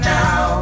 now